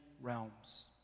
realms